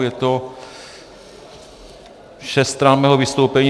Je to šest stran mého vystoupení.